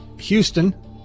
Houston